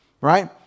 right